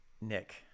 Nick